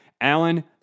Alan